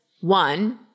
one